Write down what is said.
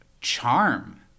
charm